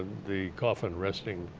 the coffin resting